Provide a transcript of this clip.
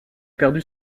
perdu